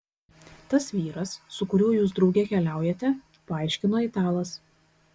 tas vyras su kuriuo jūs drauge keliaujate paaiškino italas